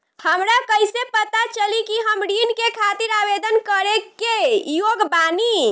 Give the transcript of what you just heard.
हमरा कइसे पता चली कि हम ऋण के खातिर आवेदन करे के योग्य बानी?